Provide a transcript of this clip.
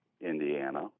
Indiana